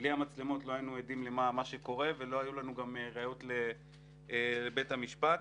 בלי המצלמות לא היינו עדים למה שקורה וגם לא היו לנו ראיות לבית המשפט.